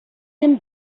them